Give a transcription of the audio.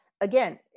again